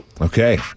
Okay